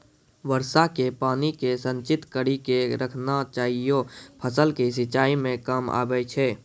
वर्षा के पानी के संचित कड़ी के रखना चाहियौ फ़सल के सिंचाई मे काम आबै छै?